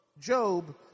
Job